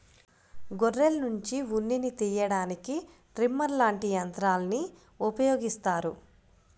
గొర్రెల్నుంచి ఉన్నిని తియ్యడానికి ట్రిమ్మర్ లాంటి యంత్రాల్ని ఉపయోగిత్తారు